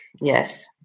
Yes